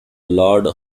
lord